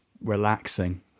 relaxing